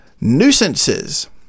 nuisances